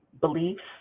beliefs